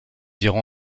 irons